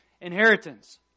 inheritance